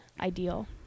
ideal